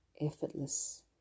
effortless